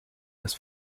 this